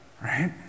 right